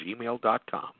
gmail.com